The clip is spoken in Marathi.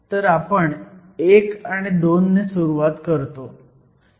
तर आपण 1 आणि 2 ने सुरुवात करतो